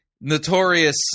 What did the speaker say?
notorious